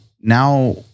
now